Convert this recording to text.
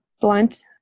blunt